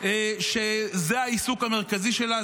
שזה העיסוק המרכזי שלה,